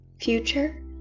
future